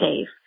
safe